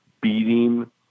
beating